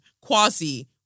quasi